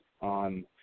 on